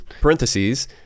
parentheses